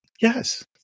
Yes